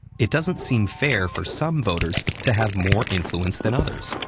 it doesn't seem fair for some voters to have more influence than others.